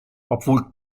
obwohl